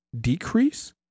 decrease